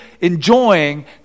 enjoying